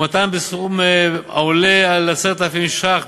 ומתן בסכום העולה על 10,000 ש"ח,